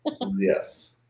yes